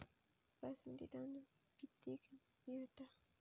बासमती तांदूळ कितीक मिळता?